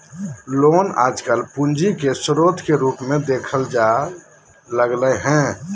loan आजकल पूंजी के स्रोत के रूप मे देखल जाय लगलय हें